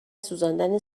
سوزاندن